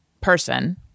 person